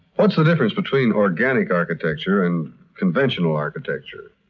what's the difference between organic architecture and conventional architecture?